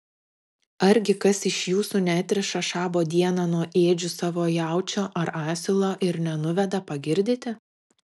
argi kas iš jūsų neatriša šabo dieną nuo ėdžių savo jaučio ar asilo ir nenuveda pagirdyti